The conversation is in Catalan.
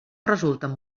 resulten